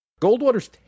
Goldwater's